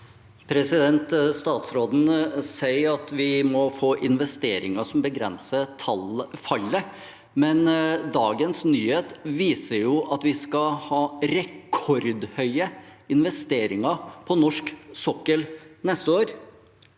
Statsråden sier at vi må få investeringer som begrenser fallet, men dagens nyheter viser jo at vi skal ha rekordhøye investeringer på norsk sokkel neste år.